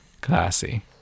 Classy